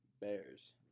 bears